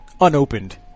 unopened